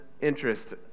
interest